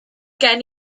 gen